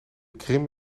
krim